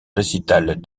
récitals